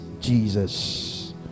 jesus